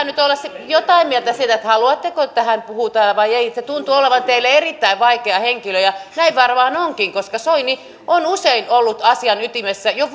nyt olla jotain mieltä siitä että haluatteko että hän puhuu täällä vai ei hän tuntuu olevan teille erittäin vaikea henkilö ja näin varmaan onkin koska soini on usein ollut asian ytimessä jo